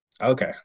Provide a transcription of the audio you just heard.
Okay